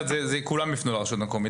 כולם יפנו לרשות המקומית.